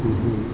Bihu